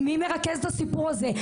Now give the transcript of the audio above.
מי מרכז את הסיפור הזה?